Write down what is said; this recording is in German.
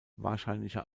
wahrscheinlicher